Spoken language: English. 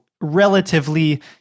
relatively